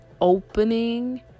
opening